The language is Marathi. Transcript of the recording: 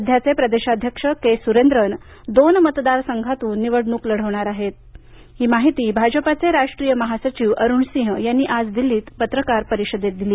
सध्याचे प्रदेशाध्यक्ष के सुरेन्द्रन दोन मतदारसंघातून निवडणूक लढवणार आहेत अशी माहिती भाजपाचे राष्ट्रीय महासचिव अरुण सिंह यांनी आज दिल्लीत पत्रकार परिषदेत दिली